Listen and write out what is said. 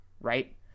Right